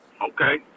Okay